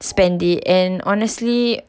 spend it and honestly